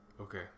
Okay